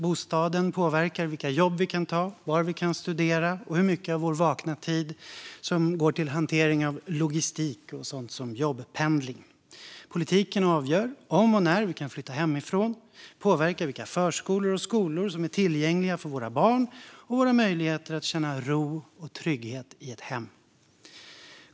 Bostaden påverkar vilka jobb vi kan ta, var vi kan studera och hur mycket av vår vakna tid som går till hantering av logistik och sådant som jobbpendling. Politiken avgör om och när vi kan flytta hemifrån, påverkar vilka förskolor och skolor som är tillgängliga för våra barn samt våra möjligheter att känna ro och trygghet i ett hem.